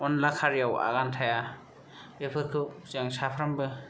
अनला खारैआव आगान थाया बेफोरखौ जों साफ्रोमबो